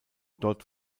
dort